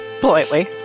Politely